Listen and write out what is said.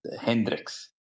Hendrix